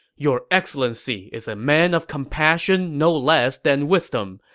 your excellency is a man of compassion no less than wisdom,